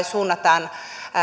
suunnataan